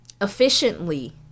efficiently